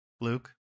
luke